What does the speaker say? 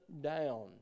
down